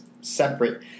separate